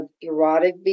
erotic